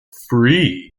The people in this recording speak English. free